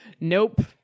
Nope